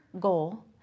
goal